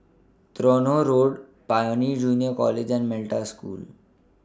Tronoh Road Pioneer Junior College and Metta School